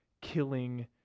killing